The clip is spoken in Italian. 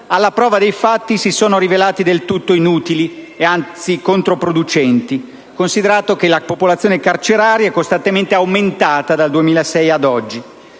alla prova dei fatti si sono rivelati del tutto inutili, anzi controproducenti, considerato che la popolazione carceraria è costantemente aumentata dal 2006 ad oggi.